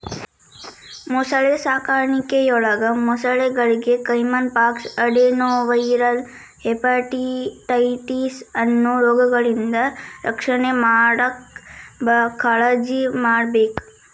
ಮೊಸಳೆ ಸಾಕಾಣಿಕೆಯೊಳಗ ಮೊಸಳೆಗಳಿಗೆ ಕೈಮನ್ ಪಾಕ್ಸ್, ಅಡೆನೊವೈರಲ್ ಹೆಪಟೈಟಿಸ್ ಅನ್ನೋ ರೋಗಗಳಿಂದ ರಕ್ಷಣೆ ಮಾಡಾಕ್ ಕಾಳಜಿಮಾಡ್ಬೇಕ್